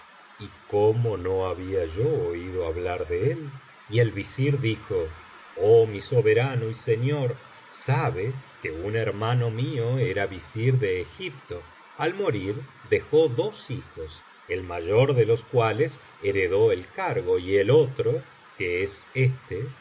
y cómo no había yo oído hablar de él y el visir dijo oh mi soberano y señor sabe que un hermano mío era visir de egipto al morir dejó dos hijos el mayor de los cuales heredó el cargo y el otro que es éste